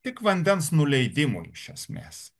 tik vandens nuleidimui iš esmės